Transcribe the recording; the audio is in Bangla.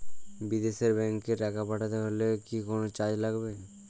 বিদেশের ব্যাংক এ টাকা পাঠাতে হলে কি কোনো চার্জ লাগবে?